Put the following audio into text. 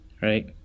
right